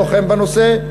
לוחם בנושא,